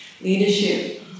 Leadership